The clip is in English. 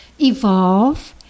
evolve